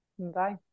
Bye